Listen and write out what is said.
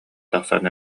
тахсан